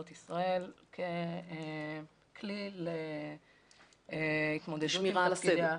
ישראל ככלי להתמודדות עם --- לשמירה על הסדר.